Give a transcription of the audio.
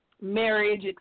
marriage